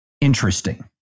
interesting